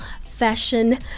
fashion